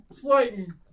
Flighting